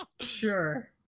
Sure